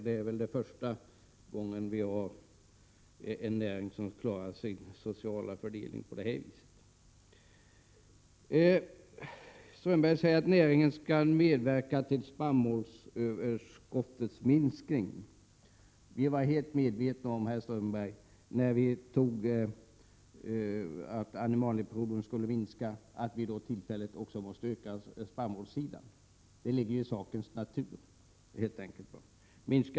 Det är väl första gången som vi har en näring som klarar den sociala fördelningen på detta sätt. Håkan Strömberg säger att näringen skall medverka till att spannmålsöverskottet minskar. När vi fattade beslut om att animalieproduktionen skulle minska var vi helt medvetna om att spannmålsöverskottet tillfälligt måste öka herr Strömberg, det ligger i sakens natur helt enkelt.